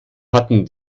hatten